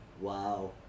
Wow